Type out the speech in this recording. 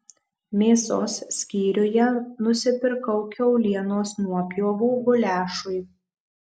mėsos skyriuje nusipirkau kiaulienos nuopjovų guliašui